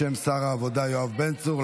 בשם שר העבודה יואב בן צור,